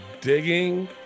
digging